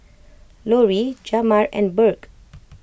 Lori Jamar and Burke